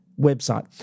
Website